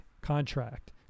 contract